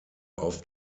auf